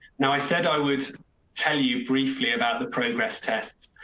now i said i would tell you briefly about the progress tests.